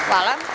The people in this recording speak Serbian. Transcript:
Hvala.